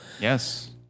Yes